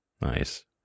Nice